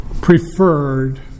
preferred